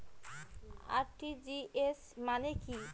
RTGS মানে কি?